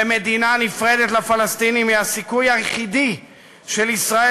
ומדינה נפרדת לפלסטינים היא הסיכוי היחידי של ישראל